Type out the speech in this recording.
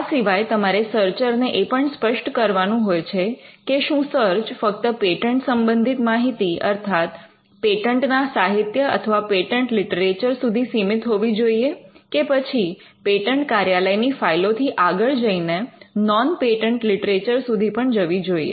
આ સિવાય તમારે સર્ચર ને એ પણ સ્પષ્ટ કરવાનું હોય છે કે શું સર્ચ ફક્ત પેટન્ટ સંબંધિત માહિતી અર્થાત પેટન્ટના સાહિત્ય અથવા પેટન્ટ લિટરેચર સુધી સીમિત હોવી જોઈએ કે પછી પેટન્ટ કાર્યાલયની ફાઈલો થી આગળ જઈને નૉન પેટન્ટ લિટરેચર સુધી પણ જવી જોઈએ